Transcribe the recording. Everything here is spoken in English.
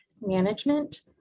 management